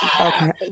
Okay